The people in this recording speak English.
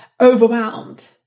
overwhelmed